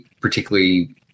particularly